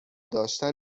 داشتن